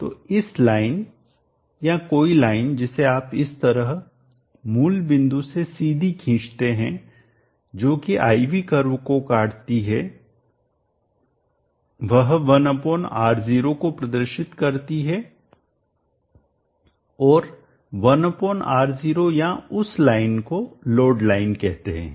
तो इस लाइन या कोई लाइन जिसे आप इस तरह मूल बिंदु से सीधी खींचते हैं जो कि I V कर्व को काटती है वह 1R0 को प्रदर्शित करती है और 1R0 या उस लाइन को लोड लाइन कहते हैं